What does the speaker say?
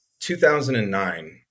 2009